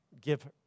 give